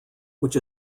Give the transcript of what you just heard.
which